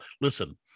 listen